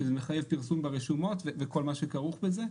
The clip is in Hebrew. שזה מחייב פרסום ברשומות וכל מה שכרוך בזה,